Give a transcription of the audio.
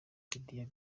didier